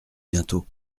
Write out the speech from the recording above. bientôt